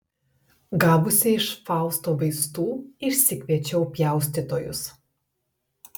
gavusi iš fausto vaistų išsikviečiau pjaustytojus